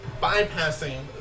bypassing